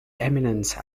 eminence